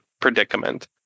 predicament